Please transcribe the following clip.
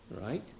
right